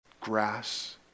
Grass